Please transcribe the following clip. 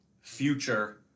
future